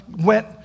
went